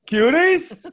cuties